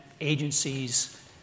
agencies